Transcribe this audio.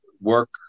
work